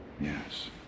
Yes